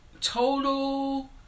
total